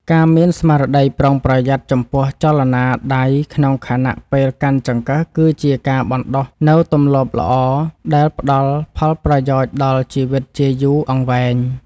ការមានស្មារតីប្រុងប្រយ័ត្នចំពោះចលនាដៃក្នុងខណៈពេលកាន់ចង្កឹះគឺជាការបណ្តុះនូវទម្លាប់ល្អដែលផ្តល់ផលប្រយោជន៍ដល់ជីវិតជាយូរអង្វែង។